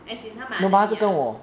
as in 她买 under 你 ah